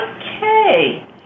Okay